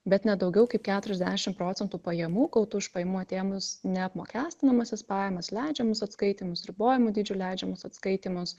bet ne daugiau kaip keturiasdešim procntų pajamų gautų už pajamų atėmus neapmokestinamąsias pajamas leidžiamus atskaitymus ribojamų dydžių leidžiamus atskaitymus